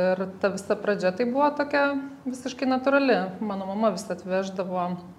ir ta visa pradžia tai buvo tokia visiškai natūrali mano mama vis atveždavo